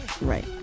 Right